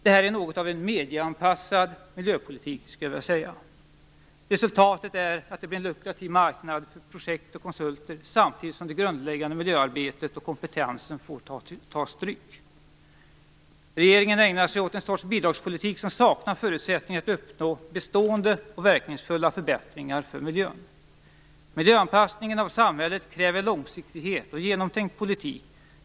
Det här är något av en medieanpassad miljöpolitik, skulle jag vilja säga. Resultatet är ju att det blir en lukrativ marknad för projekt och konsulter, samtidigt som det grundläggande miljöarbetet och kompetensen får ta stryk. Regeringen ägnar sig åt en bidragspolitik som är sådan att det saknas förutsättningar att uppnå bestående och verkningsfulla förbättringar för miljön. Miljöanpassningen av samhället kräver en långsiktighet och en genomtänkt politik.